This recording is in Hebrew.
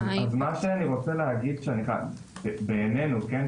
אז מה שאני רוצה להגיד, בעינינו, כן?